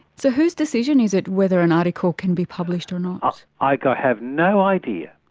so whose decision is it whether an article can be published or not? i have no idea.